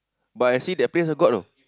but I see the place also got you know